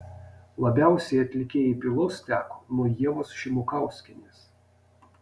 labiausiai atlikėjai pylos teko nuo ievos šimukauskienės